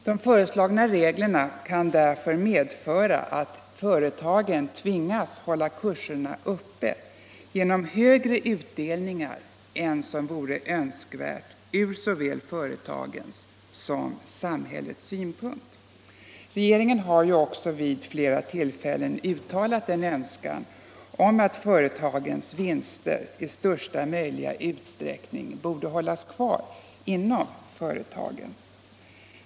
De föreslagna reglerna kan sålunda medföra att företagen tvingas hålla kurserna uppe genom högre utdelningar än som vore önskvärt ur såväl företagens som samhällets synpunkt. Regeringen har ju också vid flera tillfällen uttalat en önskan om att företagens vinster i största möjliga utsträckning borde hållas kvar inom företagen.